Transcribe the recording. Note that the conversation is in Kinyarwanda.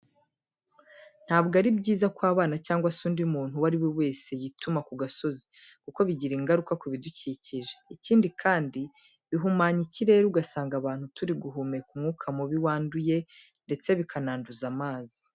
Ntabwo ari byiza ko abana cyangwa se undi muntu uwo ari we wese yituma ku gasozi, kuko bigira ingaruka ku bidukikije. Ikindi kandi, bihumanya ikirere ugasanga abantu turi guhumeka umwuka mubi wanduye ndetse bikananduza amazi.